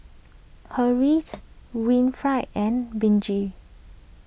Harriet Winnifred and Benji